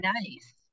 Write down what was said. nice